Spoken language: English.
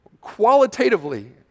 qualitatively